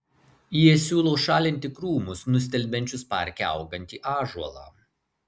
jie siūlo šalinti krūmus nustelbiančius parke augantį ąžuolą